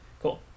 cool